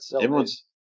Everyone's